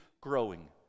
growing